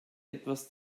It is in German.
etwas